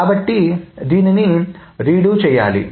కాబట్టి దీన్ని పునరావృతం చేయాలి